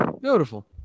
Beautiful